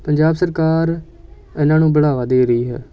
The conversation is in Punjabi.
ਪੰਜਾਬ ਸਰਕਾਰ ਇਹਨਾਂ ਨੂੰ ਬੜਾਵਾ ਦੇ ਰਹੀ ਹੈ